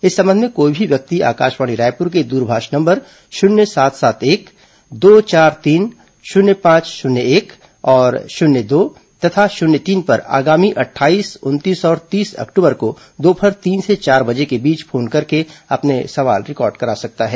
इस संबंध में कोई भी व्यक्ति आकाशवाणी रायपुर के द्रभाष नम्बर शून्य सात सात एक दो चार तीन शून्य पांच शून्य एक और शून्य दो तथा शून्य तीन पर आगामी अट्ठाईस उनतीस और तीस अक्टूबर को दोपहर तीन से चार बजे के बीच फोन करके अपने सवाल रिकार्ड करा सकता है